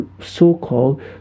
so-called